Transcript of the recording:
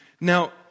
Now